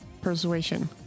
persuasion